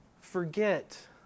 forget